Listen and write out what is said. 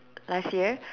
last year